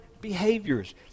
behaviors